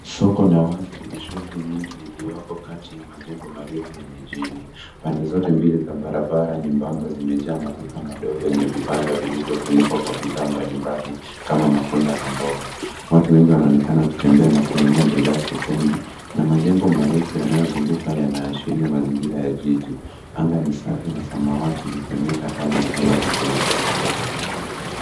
Soko la wazi lenye shughuli nyingi lilioko kati ya majengo marefu ya mijini, pande zote mbili za barabara nyembamba zimejaa maduka madogo yenye vibanda vilivyofunikwa kwa bidhaa mbalimbali kama matunda na mboga. Watu wengi wanaonekana wakitembea na kununua bidhaa sokoni na majengo marefu yanayozunguka yanaashiria mazingira ya jiji. Anga ni safi na samawati likionyesha hali ya hewa nzuri.